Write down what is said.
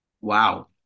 Wow